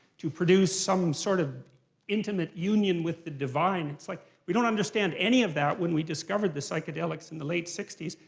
to produce some sort of intimate union with the divine. like we don't understand any of that when we discovered the psychedelics in the late sixties.